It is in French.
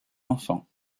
enfant